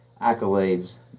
accolades